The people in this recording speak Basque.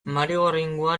marigorringoa